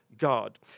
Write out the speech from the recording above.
God